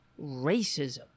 racism